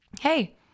hey